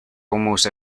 almost